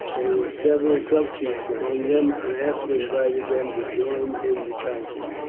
there were several subchiefs among them, and aska invited them to join in the council.